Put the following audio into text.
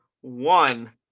one